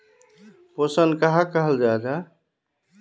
पोषण कहाक कहाल जाहा जाहा?